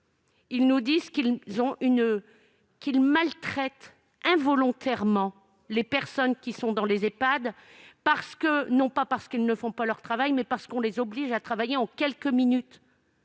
conditions, qu'ils maltraitent involontairement les personnes résidant dans les Ehpad, non pas parce qu'ils ne font pas leur travail, mais parce qu'on les oblige à travailler en quelques minutes